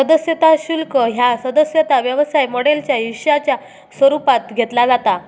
सदस्यता शुल्क ह्या सदस्यता व्यवसाय मॉडेलच्या हिश्शाच्या स्वरूपात घेतला जाता